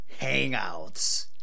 Hangouts